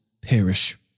perish